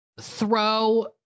throw